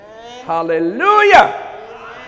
Hallelujah